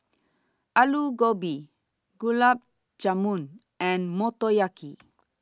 Alu Gobi Gulab Jamun and Motoyaki